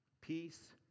peace